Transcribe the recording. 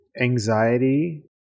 anxiety